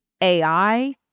AI